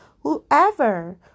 whoever